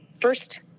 first